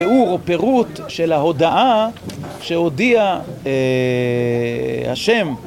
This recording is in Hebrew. תיאור או פירוט של ההודעה שהודיע השם